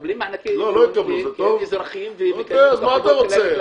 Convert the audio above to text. מקבלים מענקי איזון --- הם אזרחים והם מקבלים --- אז מה אתה רוצה?